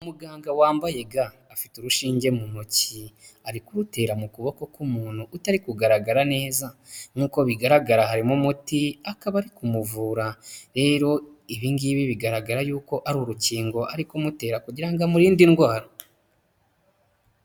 Umuganga wambaye ga afite urushinge mu ntoki, ari kurutera mu kuboko k'umuntu utari kugaragara neza. Nk'uko bigaragara harimo umuti akaba ari kumuvura. Rero Ibi ngibi bigaragara yuko ari urukingo ari kumutera kugira ngo amurinde indwara.